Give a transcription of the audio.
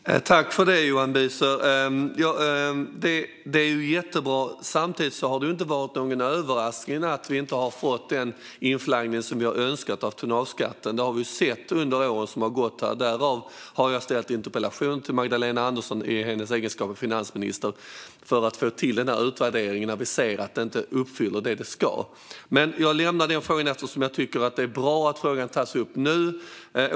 Herr talman! Tack för det, Johan Büser! Det är ju jättebra. Men att vi inte har fått den inflaggning som vi har önskat av tonnageskatten är samtidigt ingen överraskning. Det har vi sett under åren som har gått. Jag ställde därför en interpellation till Magdalena Andersson i hennes egenskap av finansminister för att få till en utvärdering då det här inte uppfyller vad det ska. Jag lämnar dock frågan eftersom jag tycker att det är bra att den tas upp nu.